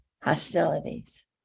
hostilities